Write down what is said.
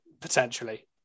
potentially